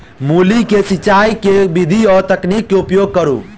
मूली केँ सिचाई केँ के विधि आ तकनीक केँ उपयोग करू?